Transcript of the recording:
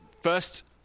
first